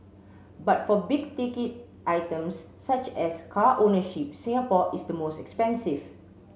but for big ticket items such as car ownership Singapore is the most expensive